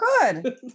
Good